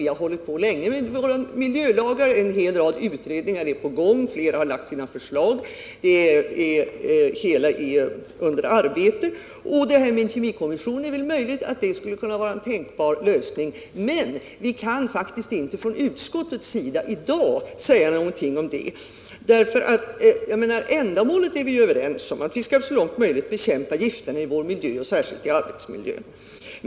Vi har arbetat länge med våra miljölagar. En hel rad utredningar pågår, och flera har lagt fram sina förslag. Det hela är alltså under arbete. Det är möjligt att en giftoch kemikommission skulle vara en tänkbar lösning. Men vi kan från utskottets sida i dag inte säga någonting om det. Vi är överens om målet, nämligen att vi så långt det är möjligt skall bekämpa gifterna i vår miljö och särskilt i arbetsmiljön.